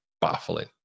baffling